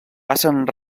passen